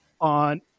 on